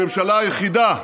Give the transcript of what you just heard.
הממשלה היחידה,